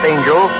Angel